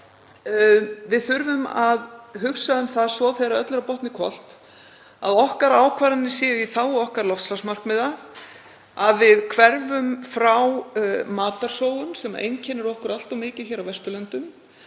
Við þurfum að hugsa um það, þegar öllu er á botninn hvolft, að okkar ákvarðanir séu í þágu okkar loftslagsmarkmiða, að við hverfum frá matarsóun, sem einkennir okkur allt of mikið á Vesturlöndum,